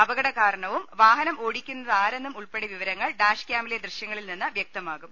അപകട കാരണവും വാഹനം ഓടിക്കുന്നതാരെന്നും ഉൾപ്പെടെ വിവരങ്ങൾ ഡാഷ്കാമിലെ ദൃശ്യങ്ങളിൽ നിന്ന് വ്യക്ത മാകും